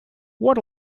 what